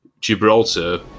Gibraltar